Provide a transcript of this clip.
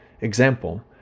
Example